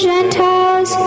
Gentiles